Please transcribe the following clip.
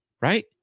right